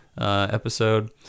episode